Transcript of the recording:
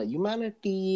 Humanity